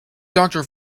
doctor